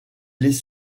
les